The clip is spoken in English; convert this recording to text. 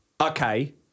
okay